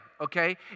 okay